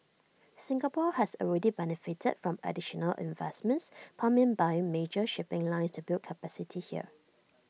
Singapore has already benefited from additional investments pumped in by major shipping lines to build capacity here